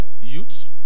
youth